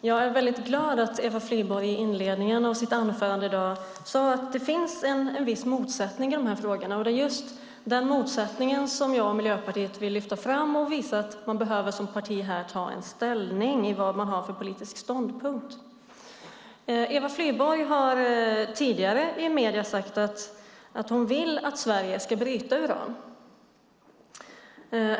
Herr talman! Jag är glad över att Eva Flyborg i inledningen av sitt anförande i dag sade att det finns en viss motsättning i dessa frågor. Det är just denna motsättning som jag och Miljöpartiet vill lyfta fram och visa att man som parti behöver ta ställning till vilken politisk ståndpunkt man har. Eva Flyborg har tidigare i medierna sagt att hon vill att Sverige ska bryta uran.